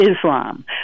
Islam